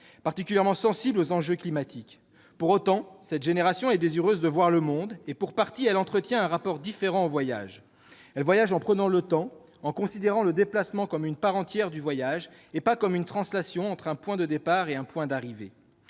particulièrement sensible aux enjeux climatiques. Pour autant, cette génération est désireuse de voir le monde et, pour partie, elle entretient un rapport différent au voyage. Elle voyage en prenant le temps, en considérant le déplacement comme une part entière du voyage et non comme une translation entre un point de départ et un point d'arrivée.